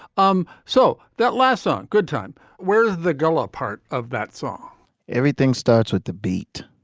um so that last song goodtime where the gulla part of that song everything starts with the beat.